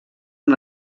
amb